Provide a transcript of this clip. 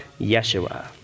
Yeshua